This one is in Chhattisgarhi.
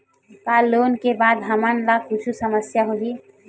का लोन ले के बाद हमन ला कुछु समस्या होही?